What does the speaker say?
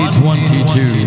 2022